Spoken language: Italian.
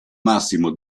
massimo